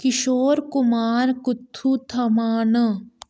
किशोर कुमार कु'त्थुं थमां न